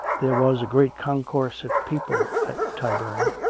there was a great concourse of people at tyburn,